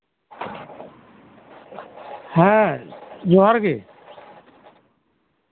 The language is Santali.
ᱦᱮᱸ ᱡᱚᱦᱟᱨ ᱜᱤ